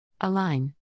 Align